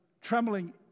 trembling